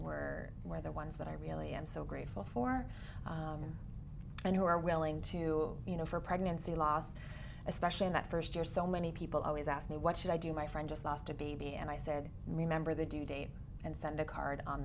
were where the ones that i really am so grateful for and who are willing to you know for pregnancy loss especially in that first year so many people always ask me what should i do my friend just lost a baby and i said remember the due date and send a card on